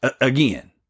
Again